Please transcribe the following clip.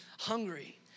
hungry